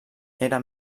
era